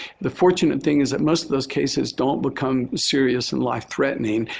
the fortunate thing is that most of those cases don't become serious and life threatening,